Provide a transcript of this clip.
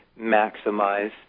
maximize